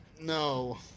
no